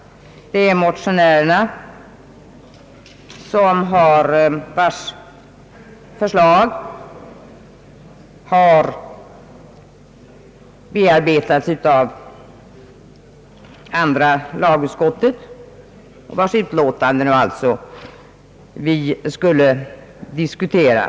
Motionärernas förslag har behandlats av andra lagutskottet, vars utlåtande vi nu diskuterar.